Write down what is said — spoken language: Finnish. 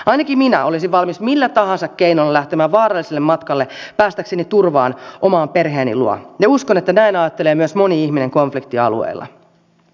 ainakin minä olisin valmis millä tahansa keinolla lähtemään vaaralliselle matkalle päästäkseni turvaan oman perheeni luo ja uskon että näin ajattelee myös moni ihminen konfliktialueilla